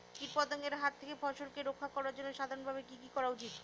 কীটপতঙ্গের হাত থেকে ফসলকে রক্ষা করার জন্য সাধারণভাবে কি কি করা উচিৎ?